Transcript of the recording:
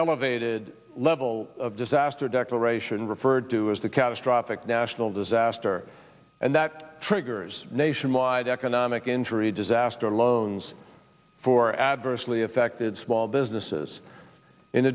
elevated level of disaster declaration referred to as the catastrophic national disaster and that triggers nationwide economic injury disaster loans for adversely affected small businesses in